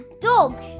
dog